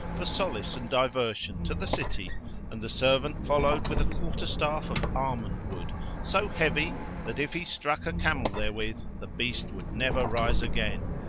for solace and diversion to the city and the servant followed with a quarter-staff of almond-wood so heavy that if he struck a camel therewith the beast would never rise again.